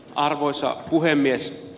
arvoisa puhemies